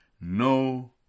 no